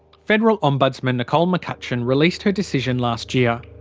federal ombudsman nicole mccutcheon released her decision last year.